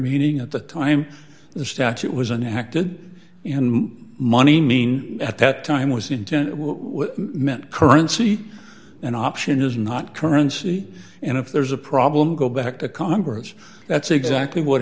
meaning at the time the statute was an acted in money mean at that time was intended meant currency an option is not currency and if there's a problem go back to congress that's exactly what